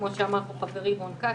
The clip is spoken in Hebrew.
כמו שאמר חברי רון כץ,